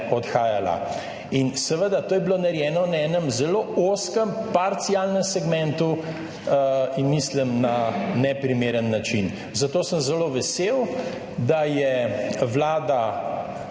odhajala in seveda to je bilo narejeno na enem zelo ozkem parcialnem segmentu in mislim na neprimeren način, zato sem zelo vesel, da je 49.